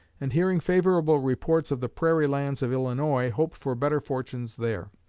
and hearing favorable reports of the prairie lands of illinois hoped for better fortunes there.